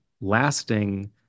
lasting